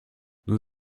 nous